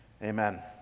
Amen